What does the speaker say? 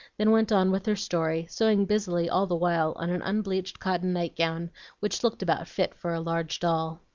then went on with her story, sewing busily all the while on an unbleached cotton night-gown which looked about fit for a large doll.